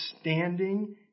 standing